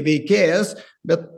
veikėjas bet